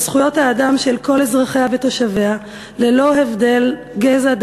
זכויות האדם של כל אזרחיה ותושביה ללא הבדל גזע,